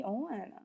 on